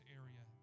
area